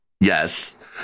yes